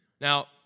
Now